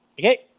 Okay